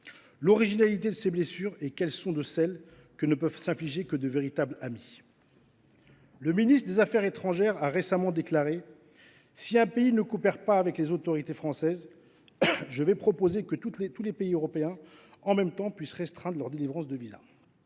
L’originalité de ces blessures est qu’elles sont de celles que ne peuvent s’infliger que de véritables amis. » Le ministre des affaires étrangères a récemment déclaré :« Si un pays ne coopère pas avec les autorités françaises, je vais proposer que tous les pays européens en même temps puissent restreindre leurs délivrances de visas. »